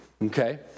Okay